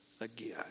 again